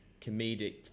comedic